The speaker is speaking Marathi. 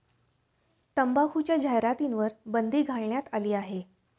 तंबाखूच्या जाहिरातींवर बंदी घालण्यात आली आहे